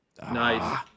Nice